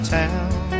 town